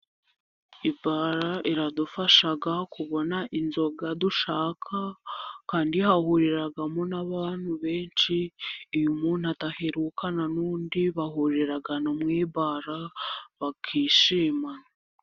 Bare iradufasha kubona inzoga dushaka kandi hahuriramo n'abantu benshi, iyo umuntu adaherukana n'undi bahurira muri bare bakishima.